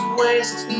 waste